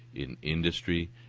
in industry,